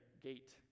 gate